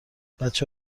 بچه